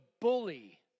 bully